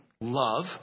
love